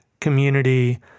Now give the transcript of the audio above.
community